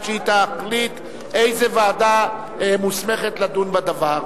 שהיא תחליט איזו ועדה מוסמכת לדון בדבר.